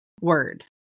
word